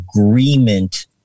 agreement